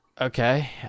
okay